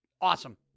awesome